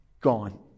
gone